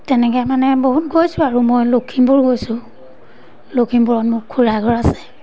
তেনেকে মানে বহুত গৈছোঁ আৰু মই লখিমপুৰ গৈছোঁ লখিমপুৰত মোৰ খুৰাৰ ঘৰ আছে